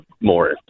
more